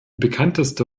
bekannteste